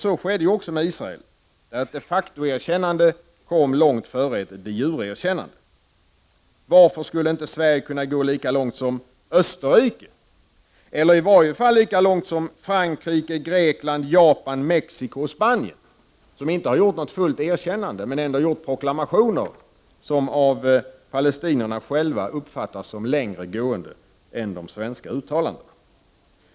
Så skedde ju också med Israel där ett de factoerkännande kom långt före ett de jureerkännande. Varför skulle inte Sverige kunna gå lika långt som Österrike eller i varje fall lika långt som Frankrike, Grekland, Japan, Mexico och Spanien? De har inte avgett ett fullt erkännande men ändå proklamationer, som av palestinierna själva uppfattas som längre gående än de svenska uttalandena.